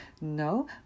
no